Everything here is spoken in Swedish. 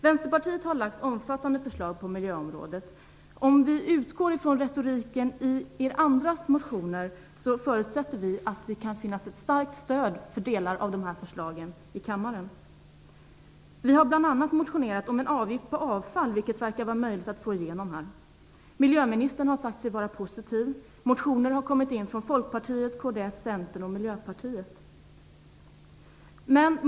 Vänsterpartiet har lagt omfattande förslag på miljöområdet. Om vi utgår från retoriken i andras motioner förutsätter vi att det kan finnas ett starkt stöd för delar av förslagen i kammaren. Vi har bl.a. motionerat om en avgift på avfall, vilket verkar vara möjligt att få igenom här. Miljöministern har sagt sig vara positiv, motioner har kommit in från Folkpartiet, kds, Centern och Miljöpartiet.